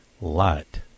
light